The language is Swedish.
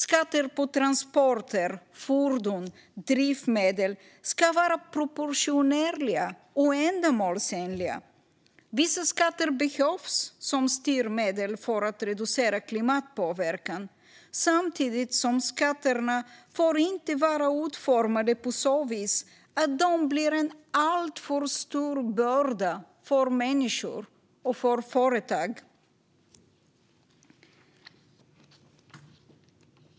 Skatter på transporter, fordon och drivmedel ska vara proportionerliga och ändamålsenliga. Vissa skatter behövs som styrmedel för att reducera klimatpåverkan, samtidigt som skatterna inte får vara utformade på ett sådant sätt att de blir en alltför stor börda för människor och företag.